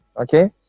okay